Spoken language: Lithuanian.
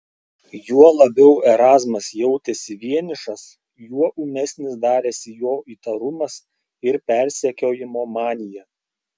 juo labiau erazmas jautėsi vienišas juo ūmesnis darėsi jo įtarumas ir persekiojimo manija